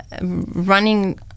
running